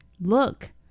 Look